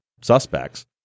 suspects